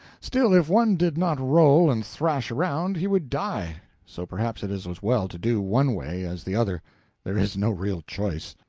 still, if one did not roll and thrash around he would die so perhaps it is as well to do one way as the other there is no real choice.